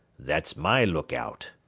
that's my look-out.